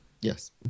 Yes